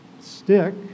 stick